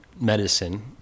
medicine